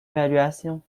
évaluation